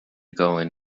going